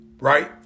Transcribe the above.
right